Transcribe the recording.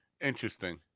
Interesting